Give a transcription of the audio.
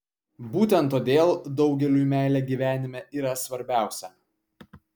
būtent todėl daugeliui meilė gyvenime yra svarbiausia